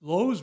lo